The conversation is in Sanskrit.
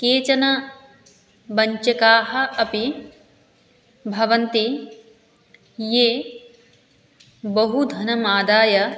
केचन वञ्चकाः अपि भवन्ति ये बहुधनम् आदाय